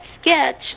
sketch